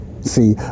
See